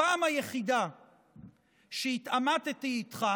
הפעם היחידה שהתעמתי איתך